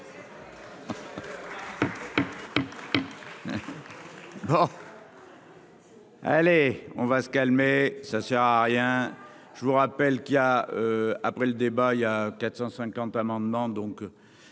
Allez, on va se calmer, ça sert à rien, je vous rappelle qu'il a, après le débat, il y a 450 amendements donc.